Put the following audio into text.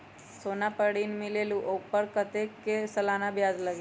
सोना पर ऋण मिलेलु ओपर कतेक के सालाना ब्याज लगे?